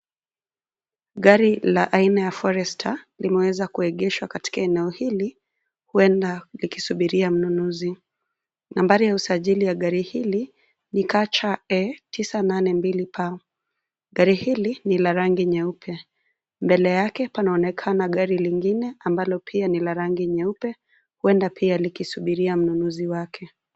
Gari la aina ya Forester, limeweza kuegeshwa katika eneo hili, huenda likisubiria mnunuzi. Nambari ya usajili ya gari hili ni KCA 982P. Gari hili ni la rangi nyeupe. Mbele yake, panaonekana gari lingine ambalo pia ni la rangi nyeupe, huenda pia likisubiria mnunuzi wake.